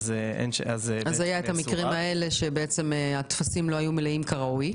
היו מקרים בהם הטפסים לא היה מלאים כראוי.